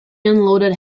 unloaded